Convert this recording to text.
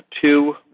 two